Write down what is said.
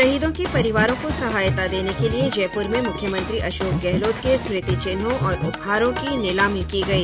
शहीदों के परिवारों को सहायता देने के लिए जयपुर में मुख्यमंत्री अशोक गहलोत के स्मृति चिन्हों और उपहारों की नीलामी की गई